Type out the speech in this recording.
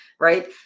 right